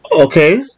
Okay